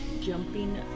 jumping